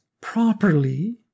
properly